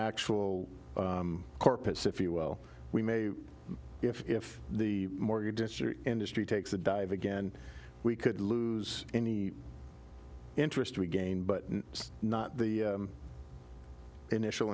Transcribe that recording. actual corpus if you well we may if the mortgage industry takes a dive again we could lose any interest we gain but not the initial